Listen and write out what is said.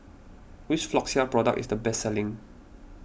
which Floxia product is the best selling